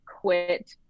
quit